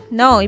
no